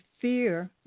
fear